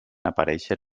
aparèixer